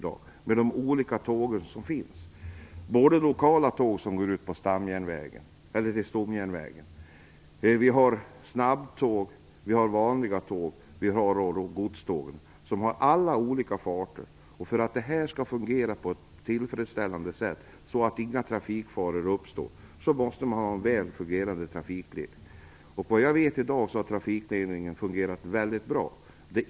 Det finns olika slags tåg: lokala tåg som går till stomjärnvägen, snabbtåg, vanliga tåg och godståg som alla har olika farter. För att detta skall fungera på ett tillfredsställande sätt och så att inga trafikfaror uppstår, måste man ha en väl fungerande trafikledning. Efter vad jag vet i dag har trafikledningen fungerat väldigt bra.